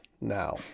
now